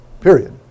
period